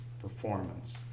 performance